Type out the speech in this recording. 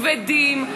כבדים,